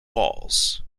walls